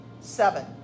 seven